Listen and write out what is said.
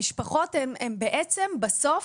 המשפחות הן בעצם בסוף,